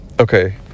okay